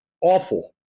awful